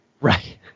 Right